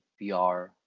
VR